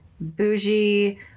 bougie